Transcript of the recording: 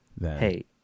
Hey